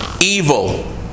evil